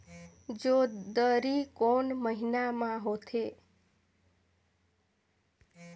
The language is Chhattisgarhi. जोंदरी कोन महीना म होथे?